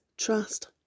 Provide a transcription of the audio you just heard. Trust